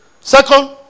Second